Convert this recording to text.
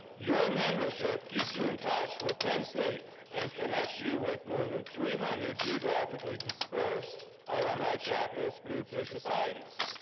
your membership keeps you in touch with penn state and connects you with more than three hundred geographically dispersed alumni chapters, groups, or societies.